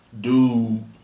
Dude